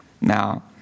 Now